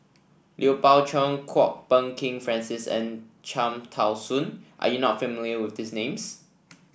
Lui Pao Chuen Kwok Peng Kin Francis and Cham Tao Soon are you not familiar with these names